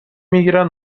میگیرند